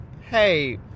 hey